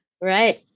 right